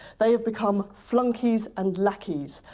they have become flunkies and lackeys,